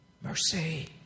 Mercy